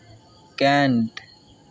cant